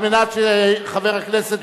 על מנת שחבר הכנסת,